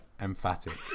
emphatic